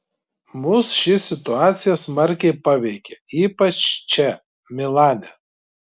mus ši situacija smarkiai paveikė ypač čia milane